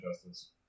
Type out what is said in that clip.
Justice